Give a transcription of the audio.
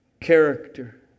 character